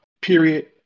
period